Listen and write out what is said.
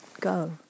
go